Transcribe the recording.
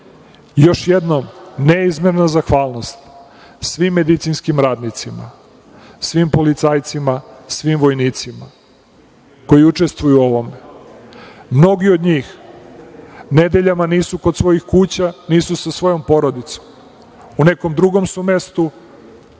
jednom, neizmerna zahvalnost svim medicinskim radnicima, svim policajcima, svim vojnicima koji učestvuju u ovome. Mnogi od njih nedeljama nisu kod svojih kuća, nisu sa svojom porodicom. U nekom drugom su mestu,